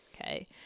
okay